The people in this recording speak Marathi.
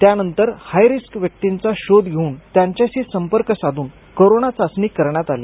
त्यानंतर हाय रिस्क व्यक्तींचा शोध घेऊन त्यांच्याशी संपर्क साधून कोरोना चाचणी करण्यात आली